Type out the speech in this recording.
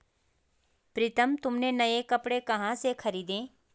प्रितम तुमने नए कपड़े कहां से खरीदें?